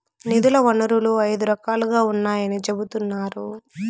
నిధుల వనరులు ఐదు రకాలుగా ఉన్నాయని చెబుతున్నారు